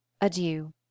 Adieu